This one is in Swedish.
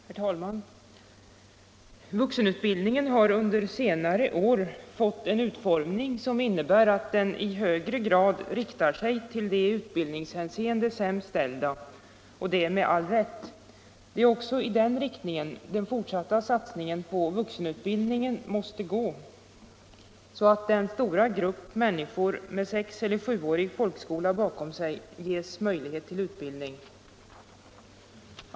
Herr talman! Vuxenutbildningen har under senare år fått en utformning som innebär att den i högre grad riktar sig till de i utbildningshänseende sämst ställda, och det med all rätt. Det är i den riktningen den fortsatta satsningen på vuxenutbildningen måste gå, så att den stora gruppen människor med sexeller sjuårig folkskola bakom sig ges möjlighet till utbildning.